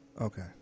Okay